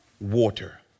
water